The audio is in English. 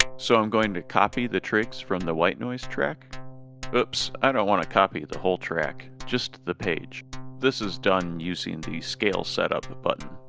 so i'm going to copy the trigs from the white noise track oops i don't want to copy the whole track, just the page this is done using the scale setup button.